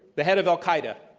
the head of al-qaida,